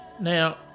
Now